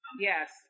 Yes